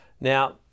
Now